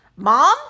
Mom